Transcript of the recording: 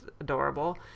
adorable